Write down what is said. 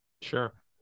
Sure